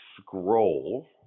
scroll